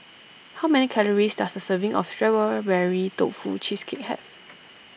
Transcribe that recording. how many calories does a serving of Berry Tofu Cheesecake have